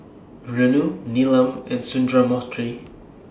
Renu Neelam and Sundramoorthy